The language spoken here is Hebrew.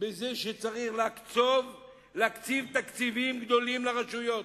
שצריך להקציב תקציבים גדולים לרשויות.